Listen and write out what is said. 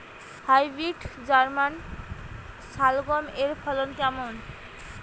Hybrid German শালগম এর ফলন কেমন?